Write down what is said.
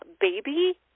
baby